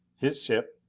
his ship,